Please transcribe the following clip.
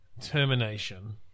termination